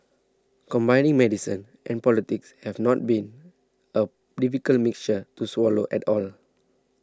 combining medicine and politics have not been a difficult mixture to swallow at all